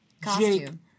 Costume